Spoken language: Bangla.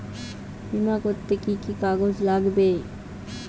বিমা করতে কি কি কাগজ লাগবে?